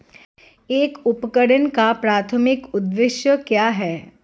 एक उपकरण का प्राथमिक उद्देश्य क्या है?